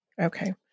Okay